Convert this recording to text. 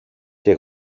και